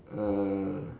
uh